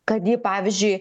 kad ji pavyzdžiui